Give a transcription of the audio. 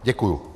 Děkuju.